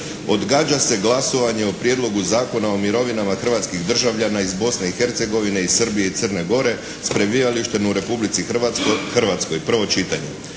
"Odgađa se glasovanje o Prijedlogu zakona o mirovinama hrvatskih državljana iz Bosne i Hercegovine i Srbije i Crne Gore s prebivalištem u Republici Hrvatskoj, prvo čitanje.